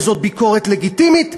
וזאת ביקורת לגיטימית,